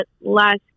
last